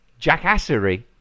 Jackassery